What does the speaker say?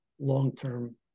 long-term